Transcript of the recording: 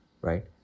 right